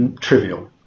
trivial